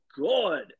good